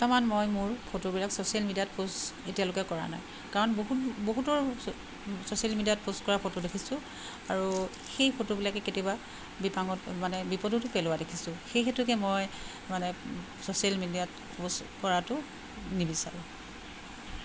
বৰ্তমান মই মোৰ ফটোবিলাক ছ'চিয়েল মিডিয়াত প'ষ্ট এতিয়ালৈকে কৰা নাই কাৰণ বহুত বহুতৰ ছ'চিয়েল মিডিয়াত প'ষ্ট কৰা ফটো দেখিছোঁ আৰু সেই ফটোবিলাকে কেতিয়াবা বিপাঙত মানে বিপদতো পেলোৱা দেখিছোঁ সেই হেতুকে মই মানে ছচিয়েল মিডিয়াত প'ষ্ট কৰাটো নিবিচাৰোঁ